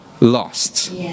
lost